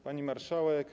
Pani Marszałek!